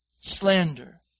slander